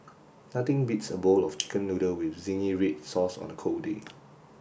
nothing beats a bowl of chicken noodle with zingy red sauce on a cold day